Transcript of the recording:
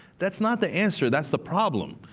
that's not the answer. that's the problem.